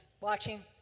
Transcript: watching